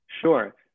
sure